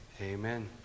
amen